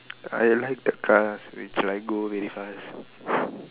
I like the cars which like go very fast